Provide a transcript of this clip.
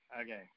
Okay